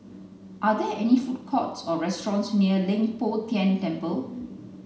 are there any food courts or restaurants near Leng Poh Tian Temple